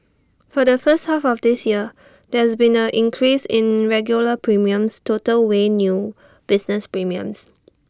for the first half of this year there has been A decrease in regular premiums total weighed new business premiums